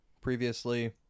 previously